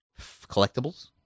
collectibles